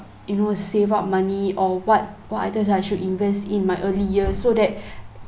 you know save up money or what what others I should invest in my early years so that